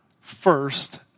first